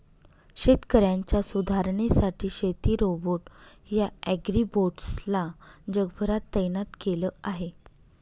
शेतकऱ्यांच्या सुधारणेसाठी शेती रोबोट या ॲग्रीबोट्स ला जगभरात तैनात केल आहे